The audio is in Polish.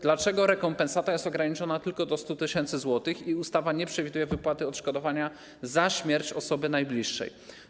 Dlaczego rekompensata jest ograniczona tylko do 100 tys. zł i ustawa nie przewiduje wypłaty odszkodowania za śmierć osoby najbliższej?